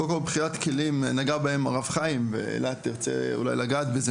קודם כל מחינת כלים נגע בהם הרב חיים ואילת תרצה אולי לגעת בזה,